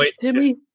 Timmy